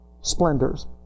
splendors